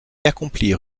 accomplir